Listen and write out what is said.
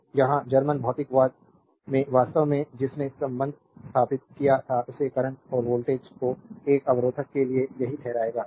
तो यहां जर्मन भौतिकविद् ने वास्तव में जिसने संबंध स्थापित किया था उसने करंट और वोल्टेज को एक अवरोधक के लिए सही ठहराया